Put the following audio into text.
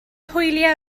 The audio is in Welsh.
hwyliau